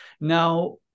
now